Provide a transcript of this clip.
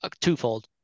twofold